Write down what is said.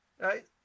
right